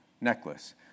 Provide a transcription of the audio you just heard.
necklace